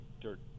dirt